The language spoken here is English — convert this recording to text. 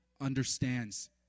understands